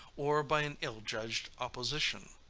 or by an ill-judged opposition.